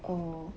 oh